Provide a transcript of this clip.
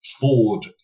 Ford